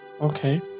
okay